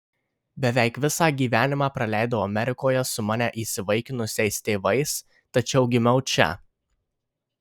beveik visą gyvenimą praleidau amerikoje su mane įsivaikinusiais tėvais tačiau gimiau čia